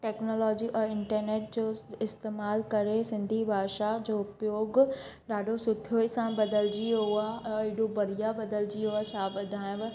technology और internet जो इस्त इस्तेमालु करे सिंधी भाषा जो उपयोगु ॾाढो सुठो ई सां ई बदिलजी वियो आहे अ एॾो बढ़िया बदिलजी वियो आहे छा ॿुधायांव